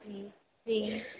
जी